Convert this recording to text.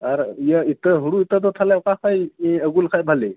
ᱟᱨ ᱤᱭᱟᱹ ᱦᱩᱲᱩ ᱤᱛᱟᱹ ᱫᱚ ᱛᱟᱦᱚᱞᱮ ᱚᱠᱟ ᱠᱷᱚᱱ ᱟᱹᱜᱩ ᱞᱮᱠᱷᱟᱱ ᱵᱷᱟᱹᱞᱤ